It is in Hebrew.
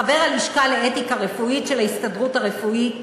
חבר הלשכה לאתיקה רפואית של ההסתדרות הרפואית,